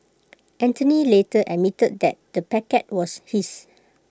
Anthony later admitted that the packet was his